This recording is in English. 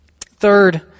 Third